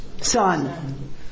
son